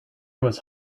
was